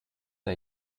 der